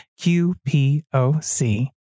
QPOC